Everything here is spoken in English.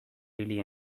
really